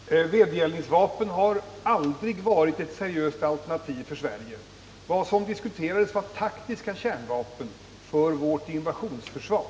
Herr talman! Vedergällningsvapen har aldrig varit ett seriöst alternativ för Sverige. Vad som här diskuterades var taktiska kärnvapen för vårt invasionsförsvar.